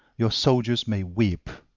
your soldiers may weep,